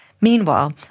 Meanwhile